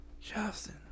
Justin